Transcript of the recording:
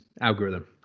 algorithm